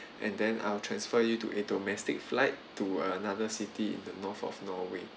and then I'll transfer you to a domestic flight to another city in the north of norway